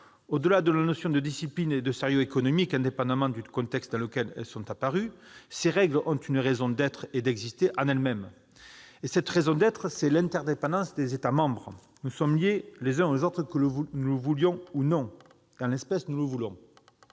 Au-delà des notions de discipline et de sérieux économique, indépendamment du contexte dans lequel elles sont apparues, ces règles ont une raison d'être en elles-mêmes, à savoir l'interdépendance entre les États membres. Nous sommes liés les uns aux autres, que nous le voulions ou non ; et, en l'espèce, nous le voulons.